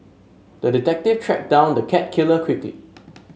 the detective tracked down the cat killer quickly